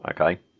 Okay